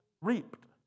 reaped